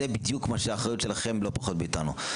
זו האחריות שלכם לא פחות מאיתנו.